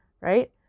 right